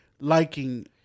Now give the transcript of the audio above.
liking